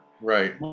Right